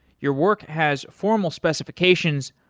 your work has formal specifications,